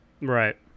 Right